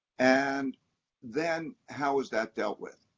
and then how is that dealt with.